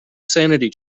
sanity